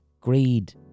greed